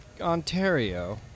Ontario